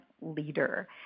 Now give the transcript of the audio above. leader